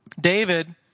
David